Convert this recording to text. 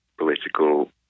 political